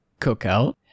cookout